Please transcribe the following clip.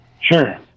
sure